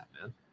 man